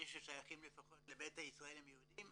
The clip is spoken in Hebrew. אלה ששייכים לפחות לבית ישראל הם יהודים,